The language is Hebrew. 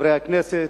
חברי הכנסת,